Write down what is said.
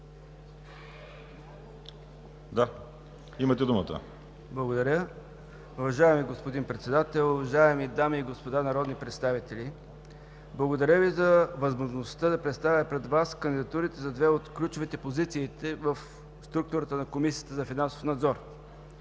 БОЙКО АТАНАСОВ: Благодаря. Уважаеми господин Председател, уважаеми дами и господа народни представители! Благодаря Ви за възможността да представя пред Вас кандидатурите за две от ключовите позиции в структурата на Комисията за финансов надзор